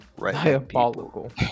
Diabolical